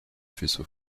faisceau